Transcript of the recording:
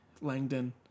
Langdon